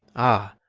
ah,